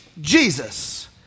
Jesus